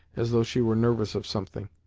as though she were nervous of something.